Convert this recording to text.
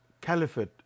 caliphate